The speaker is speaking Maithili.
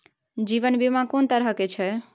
जीवन बीमा कोन तरह के छै?